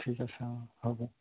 ঠিক আছে অঁ হ'ব